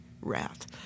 wrath